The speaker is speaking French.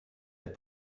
est